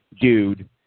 dude